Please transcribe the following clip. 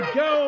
go